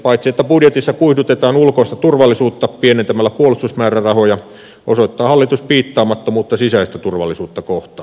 paitsi että budjetissa kuihdutetaan ulkoista turvallisuutta pienentämällä puolustusmäärärahoja osoittaa hallitus piittaamattomuutta sisäistä turvallisuutta kohtaan